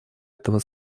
этого